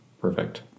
Perfect